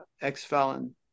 ex-felon